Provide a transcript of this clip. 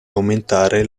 aumentare